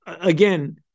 again